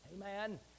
Amen